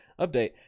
update